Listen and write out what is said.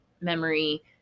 memory